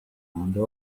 after